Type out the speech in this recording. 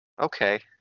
Okay